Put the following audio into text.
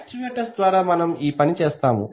actuators ద్వారా మనం ఈ పని చేస్తాము